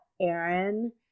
Aaron